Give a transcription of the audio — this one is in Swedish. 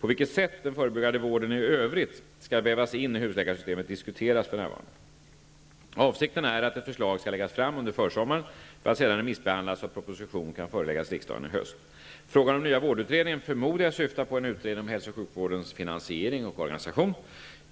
På vilket sätt den förebyggande vården i övrigt skall vävas in i husläkarsystemet diskuteras för närvarande. Avsikten är att ett förslag skall läggas fram under försomma ren för att sedan remissbehandlas så att proposition kan föreläggas riksdagen i höst. Frågan om den nya vårdutredningen förmodar jag syftar på en utredning om hälso och sjukvårdens finansiering och organisation.